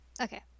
Okay